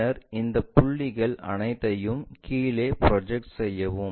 பின்னர் இந்த புள்ளிகள் அனைத்தையும் கீழே ப்ரொஜெக்ட் செய்யவும்